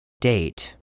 Date